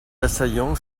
assaillants